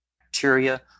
bacteria